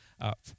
up